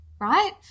right